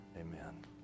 Amen